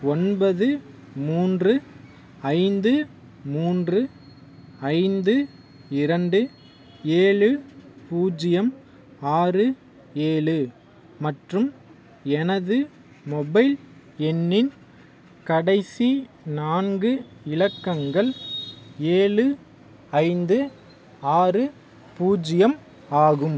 ஒன்பது மூன்று ஐந்து மூன்று ஐந்து இரண்டு ஏழு பூஜ்ஜியம் ஆறு ஏழு மற்றும் எனது மொபைல் எண்ணின் கடைசி நான்கு இலக்கங்கள் ஏழு ஐந்து ஆறு பூஜ்ஜியம் ஆகும்